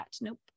nope